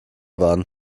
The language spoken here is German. waren